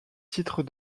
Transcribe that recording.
titre